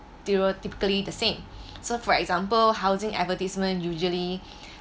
theoretically the same so for example housing advertisement usually